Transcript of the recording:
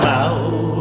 out